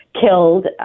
killed